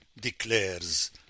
declares